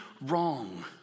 wrong